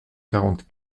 quarante